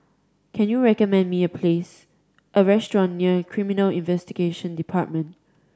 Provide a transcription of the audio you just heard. can you recommend me a place a restaurant near Criminal Investigation Department